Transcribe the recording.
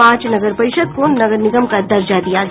पांच नगर परिषद को नगर निगम का दर्जा दिया गया